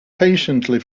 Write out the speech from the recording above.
patiently